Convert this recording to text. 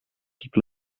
people